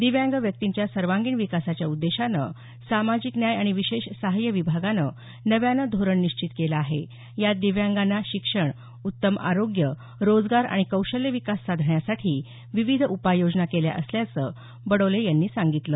दिव्यांग व्यक्तींच्या सर्वांगिण विकासाच्या उद्देशानं सामाजिक न्याय आणि विशेष सहाय विभागानं नव्यानं धोरण निश्चित केलं आहे यात दिव्यांगांना शिक्षण उत्तम आरोग्य रोजगार आणि कौशल्य विकास साधण्यासाठी विविध उपाययोजना केल्या असल्याचं त्यांनी सांगितलं